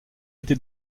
été